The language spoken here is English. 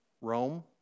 Rome